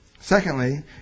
Secondly